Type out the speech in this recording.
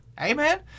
amen